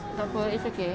takpe it's okay